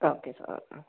okay sir ആ ആ